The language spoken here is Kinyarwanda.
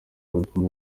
album